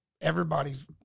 everybody's